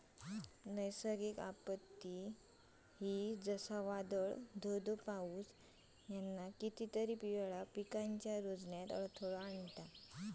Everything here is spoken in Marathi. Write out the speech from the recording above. नैसर्गिक आपत्ते, जसा वादाळ, धो धो पाऊस ह्याना कितीतरी वेळा पिकांच्या रूजण्यात अडथळो येता